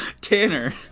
Tanner